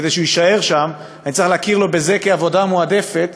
כדי שהוא יישאר שם אני צריך להכיר לו בזה כעבודה מועדפת,